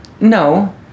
No